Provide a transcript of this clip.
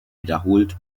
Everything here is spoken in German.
wiederholt